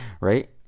Right